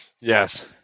Yes